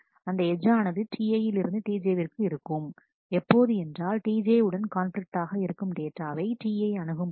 அந்த எட்ஜ் ஆனது Ti இல் இருந்து Tj விற்கு இருக்கும் எப்போது என்றால் Tj உடன் கான்பிலிக்ட் ஆக இருக்கும் டேட்டாவை Ti அணுகும் போது